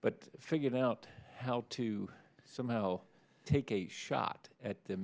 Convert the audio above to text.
but figure out how to somehow take a shot at the